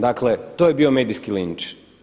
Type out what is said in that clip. Dakle, to je bio medijski linč.